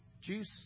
juice